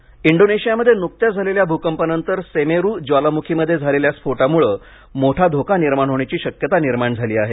भूकंप इंडोनेशियामध्ये नुकत्याच झालेल्या भूकंपानंतर सेमेरू ज्वालामुखीमध्ये झालेल्या स्फोटामुळे मोठा धोका निर्माण होण्याची शक्यता निर्माण झाली आहे